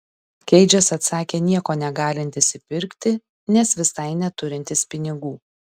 keidžas atsakė nieko negalintis įpirkti nes visai neturintis pinigų